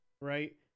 right